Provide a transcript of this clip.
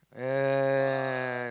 yeah yeah yeah yeah yeah yeah